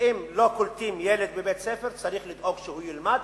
שאם לא קולטים ילד בבית-ספר צריך לדאוג שהוא ילמד,